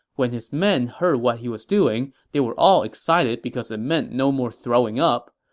when his men heard what he was doing, they were all excited because it meant no more throwing up.